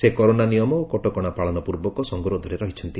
ସେ କରୋନା ନିୟମ ଓ କଟକଣା ପାଳନ ପୂର୍ବକ ସଙ୍ଗରୋଧରେ ରହିଛନ୍ତି